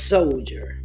Soldier